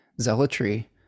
zealotry